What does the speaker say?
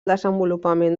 desenvolupament